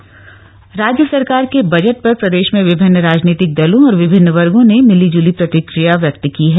budget reaction राज्य सरकार के बजट पर प्रदेश में विभिन्न राजनीतिक दलों और विभिन्न वर्गों ने मिलीज्ली प्रतिक्रिया व्यक्त की है